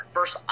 First